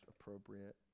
appropriate